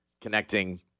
Connecting